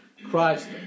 Christ